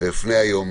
אפנה היום